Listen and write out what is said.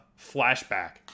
Flashback